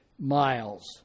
miles